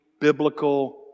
biblical